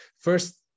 first